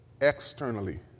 externally